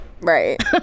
Right